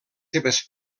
seves